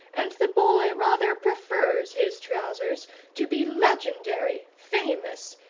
and the boy rather prefers his trousers to be legendary, famous,